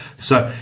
so,